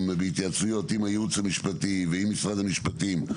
בהתייעצויות עם הייעוץ המשפטי ועם משרד המשפטים.